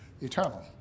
eternal